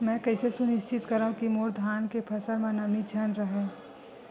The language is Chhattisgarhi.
मैं कइसे सुनिश्चित करव कि मोर धान के फसल म नमी झन रहे?